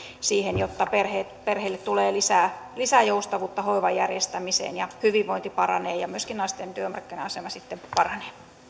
siihen jotta perheille perheille tulee lisää lisää joustavuutta hoivan järjestämiseen ja hyvinvointi paranee ja myöskin naisten työmarkkina asema sitten paranee